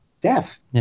death